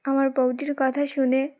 আমার বৌদির কথা শুনে